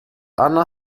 anna